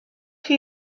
chi